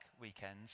weekends